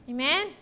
Amen